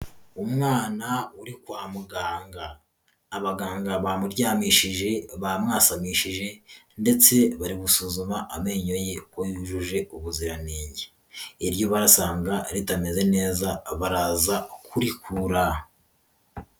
Umwana uri kwa muganga, abaganga bamuryamishije, bamwasamishije ndetse bari gusuzuma amenyo ye ko yujuje ubuziranenge, iryo barasanga ritameze neza baraza kurikura.